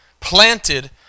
planted